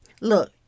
Look